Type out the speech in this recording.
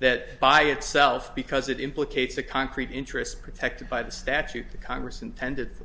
that by itself because it implicates the concrete interests protected by the statute the congress intended